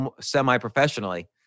semi-professionally